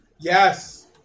Yes